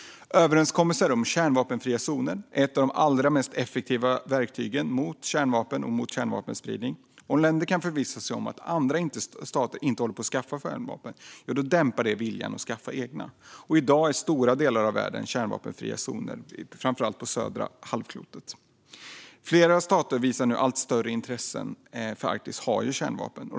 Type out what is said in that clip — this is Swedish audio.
Överenskommelser om kärnvapenfria zoner är ett av de allra mest effektiva verktygen mot kärnvapen och mot kärnvapenspridning. Om länder kan förvissa sig om att andra stater inte håller på att skaffa sig kärnvapen dämpar det viljan att skaffa egna. I dag är stora delar av världen kärnvapenfria zoner, framför allt på södra halvklotet. Flera av de stater som nu visar ett allt större intresse för Arktis har kärnvapen.